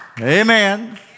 Amen